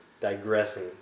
digressing